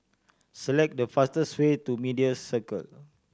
select the fastest way to Media Circle